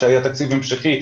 שהיה תקציב המשכי,